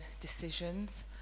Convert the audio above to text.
decisions